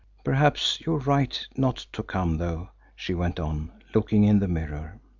perhaps you are right not to come, though, she went on, looking in the mirror.